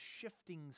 shifting